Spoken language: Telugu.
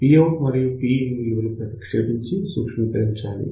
Pout మరియు Pin విలువలు ప్రతిక్షేపించి సూక్ష్మీకరించాలి